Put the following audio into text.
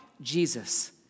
Jesus